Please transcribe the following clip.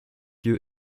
lieu